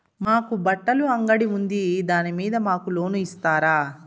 మాకు బట్టలు అంగడి ఉంది దాని మీద మాకు లోను ఇస్తారా